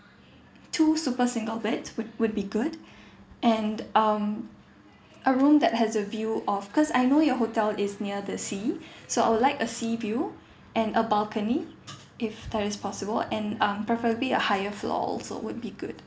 two super single beds would would be good and um a room that has a view of cause I know your hotel is near the sea so I would like a sea view and a balcony if there is possible and um preferably a higher floor also would be good